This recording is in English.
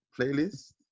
playlist